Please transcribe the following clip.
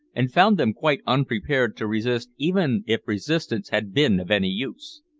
and found them quite unprepared to resist even if resistance had been of any use.